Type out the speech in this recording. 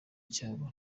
cyabo